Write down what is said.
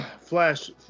flash